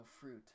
fruit